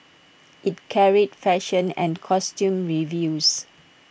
IT carried fashion and costume reviews